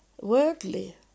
worldly